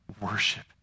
worship